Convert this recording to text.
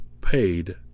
paid